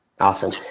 Awesome